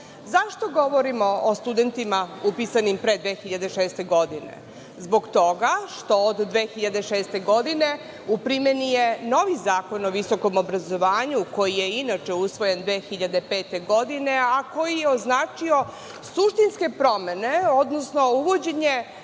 Zašto govorimo o studentima upisanim pre 2006. godine? Zbog toga što od 2006. godine je u primeni novi Zakon o visokom obrazovanju koji je inače usvojen 2005. godine, a koji je označio suštinske promene, odnosno uvođenje